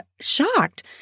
shocked